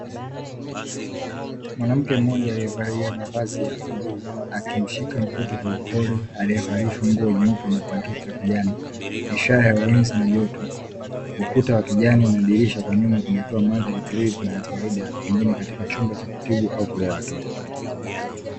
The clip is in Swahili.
Mwanamke mmoja aliyevalia mavazi ya bluu, akimshika mtoto kwa upole, aliyevalishwa nguo nyeupe na blanketi la kijani, ishara ya ulinzi na joto, ukuta wa kijani na dirisha kwa nyuma, vinatoa mandhari tulivu na ya kawaida, pengine katika chumba cha kutibu au kulea watoto.